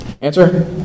answer